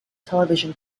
television